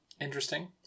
Interesting